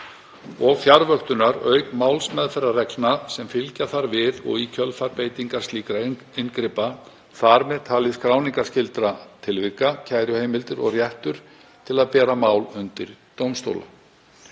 sjúklinga, auk málsmeðferðarreglna sem fylgja þarf við og í kjölfar beitingar slíkra inngripa, þar með talið skráningarskyldu tilvika, kæruheimildir og rétt til að bera mál undir dómstóla.